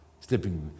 stepping